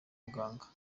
muganga